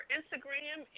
Instagram